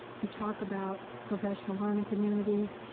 you talk about professional learning communities.